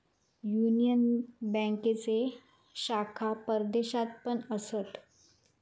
union बँकेचे शाखा परदेशात पण असत